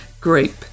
group